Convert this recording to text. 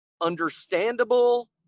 understandable